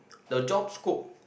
the job scope